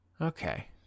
Okay